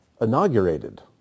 inaugurated